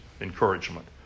encouragement